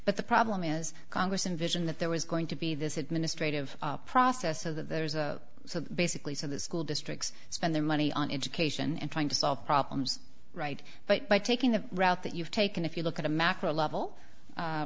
but the problem is congress in vision that there was going to be this administrative process so that there's a so basically so the school districts spend their money on education and trying to solve problems right but by taking the route that you've taken if you look at a macro level